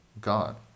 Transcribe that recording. God